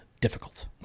difficult